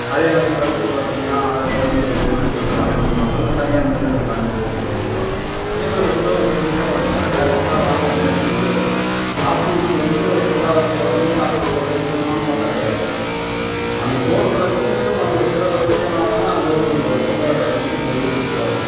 அதேமாதிரி பருத்தி பார்த்திங்கன்னா அத ஒழுங்குமுறை விற்பனை கூடத்தில் வாங்கிட்டு போவாங்க இல்லை தனியார் மில்லுங்களுக்கு வாங்கிட்டு போக கூடியவங்களோ அதேமாரி எந்த ஒரு பொருளும் பார்த்திங்கன்னா டைரெக்டாக வாங்கிறதுல வந்து அரசுகுக்கு வந்து ஒரு பொருளாதாரத்தில் வந்து அரசுக்கு ஹெல்ப் பண்ணுவான்னு பார்த்தா கிடையாது அந்த சோர்ஸை வைச்சிக்கிட்டு பண்ணக்கூடிய பிற பிற விஷயங்களால் தான் கவர்மெண்ட்க்கு பொருளாதார வளச்சிக்கு வந்து பெரிய யூஸ்ஃபுல்லாக இருக்கும்